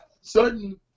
certain